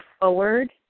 forward